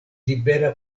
libera